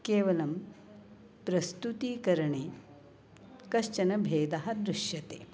केवलं प्रस्तुतिकरणे कश्चनः भेदः दृश्यते